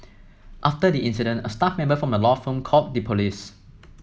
after the incident a staff member from the law firm called the police